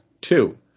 two